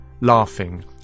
laughing